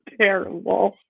Terrible